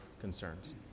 concerns